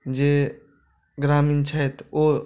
जे ग्रामीण छथि ओ